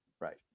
right